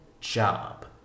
job